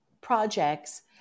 projects